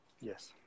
Yes